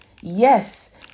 Yes